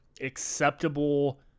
acceptable